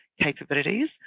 capabilities